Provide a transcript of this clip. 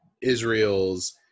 Israel's